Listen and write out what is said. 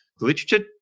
literature